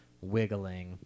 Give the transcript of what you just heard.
wiggling